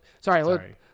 sorry